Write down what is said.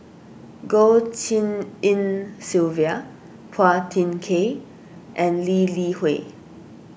Goh Tshin En Sylvia Phua Thin Kiay and Lee Li Hui